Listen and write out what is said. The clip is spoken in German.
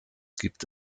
gibt